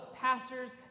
pastors